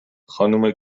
خانومه